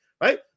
right